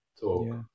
Talk